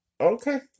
Okay